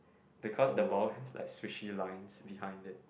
because the ball has like squishy lines behind it